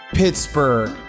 Pittsburgh